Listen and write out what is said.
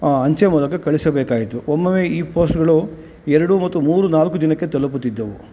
ಅಂಚೆ ಮೂಲಕ ಕಳಿಸಬೇಕಾಗಿತ್ತು ಒಮ್ಮೊಮ್ಮೆ ಈ ಪೋಸ್ಟ್ಗಳು ಎರಡು ಮತ್ತು ಮೂರು ನಾಲ್ಕು ದಿನಕ್ಕೆ ತಲುಪುತ್ತಿದ್ದವು